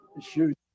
Shoot